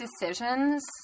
decisions